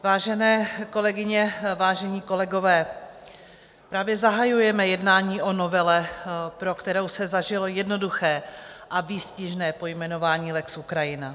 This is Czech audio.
Vážené kolegyně, vážení kolegové, právě zahajujeme jednání o novele, pro kterou se vžilo jednoduché a výstižné pojmenování lex Ukrajina.